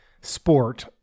sport